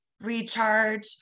recharge